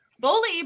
bully